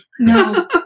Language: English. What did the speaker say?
No